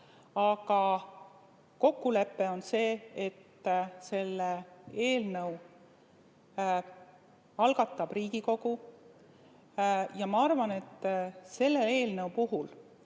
Aga on kokkulepe, et selle eelnõu algatab Riigikogu. Ja ma arvan, et selle eelnõu puhul